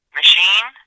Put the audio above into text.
machine